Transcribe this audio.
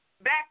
Back